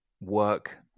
work